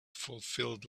fulfilled